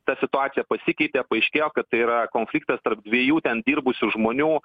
ta situacija pasikeitė paaiškėjo kad tai yra konfliktas tarp dviejų ten dirbusių žmonių